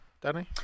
Danny